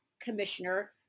commissioner